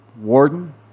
warden